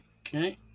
Okay